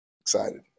Excited